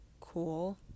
cool